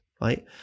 right